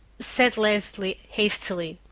said leslie hastily.